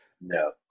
No